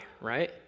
right